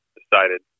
decided